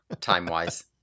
time-wise